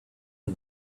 for